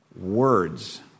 words